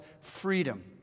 freedom